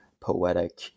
poetic